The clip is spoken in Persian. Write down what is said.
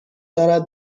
دارد